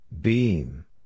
Beam